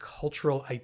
cultural